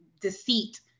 deceit